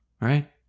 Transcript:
Right